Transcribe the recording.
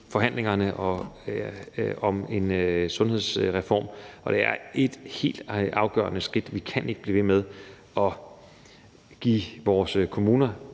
forhandlingerne om en sundhedsreform. Det er et helt afgørende skridt. Vi kan ikke blive ved med at give vores kommuner